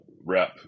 rep